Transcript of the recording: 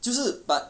就是 but